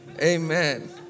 Amen